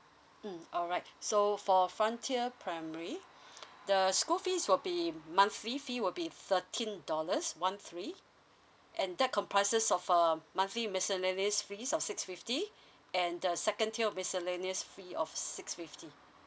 mm alright so for frontier primary the school fees will be monthly fee will be thirteen dollars monthly and that comprises of uh monthly miscellaneous fees of six fifty and the second tier miscellaneous fees of six fifty